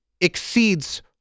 exceeds